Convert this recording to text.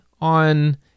on